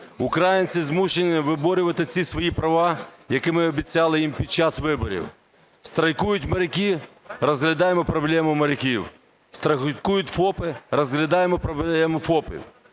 Українці змушені виборювати ці свої права, які ми обіцяли їм під час виборів. Страйкують моряки, розглядаємо проблему моряків. Страйкують ФОПи, розглядаємо проблеми ФОПів.